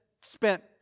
spent